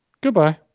Goodbye